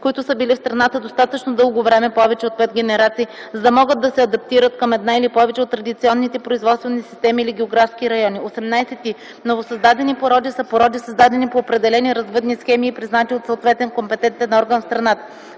които са били в страната достатъчно дълго време (повече от 5 генерации), за да могат да се адаптират към една или повече от традиционните производствени системи или географски район. 18и. „Новосъздадени породи” са породи, създадени по определени развъдни схеми и признати от съответен компетентен орган в страната.